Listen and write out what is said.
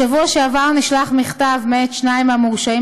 בשבוע שעבר נשלח מכתב מאת שניים מהמורשעים